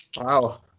Wow